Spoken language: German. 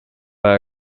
war